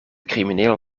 crimineel